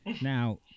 Now